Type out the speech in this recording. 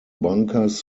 bunkers